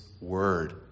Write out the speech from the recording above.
word